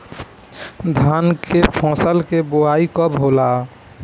धान के फ़सल के बोआई कब होला?